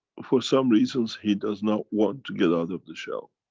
for some reasons he does not want to get out of the shell.